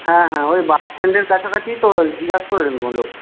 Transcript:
হ্যাঁ হ্যাঁ ওই বাস স্ট্যান্ডের কাছাকাছি তো জিজ্ঞাসা করে নেব লোক